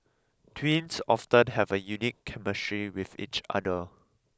twins often have a unique chemistry with each other